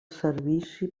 servici